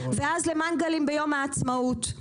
ואז למנגלים ביום העצמאות.